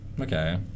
Okay